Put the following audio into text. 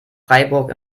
freiburg